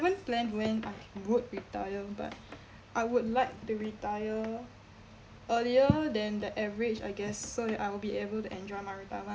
even planned when I would retire but I would like to retire earlier than the average I guess so that I will be able to enjoy my retirement